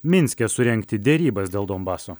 minske surengti derybas dėl donbaso